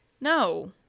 No